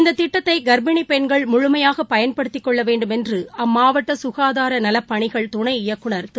இந்த திட்டத்தை கள்ப்பிணி பெண்கள் முழுமையாக பயன்படுத்தி கொள்ள வேண்டும் என்று அம்மாவட்ட சுகாதார நலப்பணிகள் துணை இயக்குநர் திரு